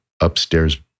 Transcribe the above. upstairs